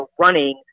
running